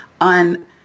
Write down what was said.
on